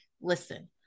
listen